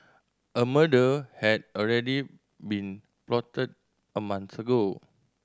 a murder had already been plotted a month ago